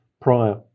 prior